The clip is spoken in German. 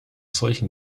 solches